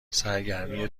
سرگرمی